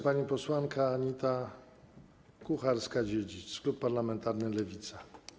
Pani posłanka Anita Kucharska-Dziedzic, klub parlamentarny Lewica.